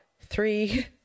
three